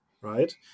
right